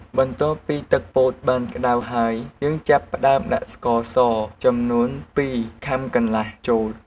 បន្ទាប់ពីទឹកពោតបានក្ដៅហើយ យើងចាប់ផ្ដើមដាក់ស្ករស ចំនួន២ខាំកន្លះចូល។